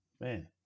man